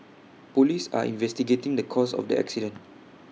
Police are investigating the cause of the accident